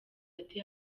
ati